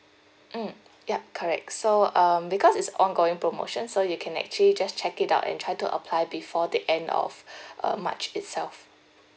mm yup correct so um because it's ongoing promotion so you can actually just check it out and try to apply before the end of uh march itself